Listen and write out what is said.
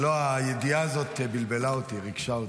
לא, הידיעה הזאת בלבלה אותי, ריגשה אותי,